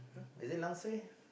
is it langsir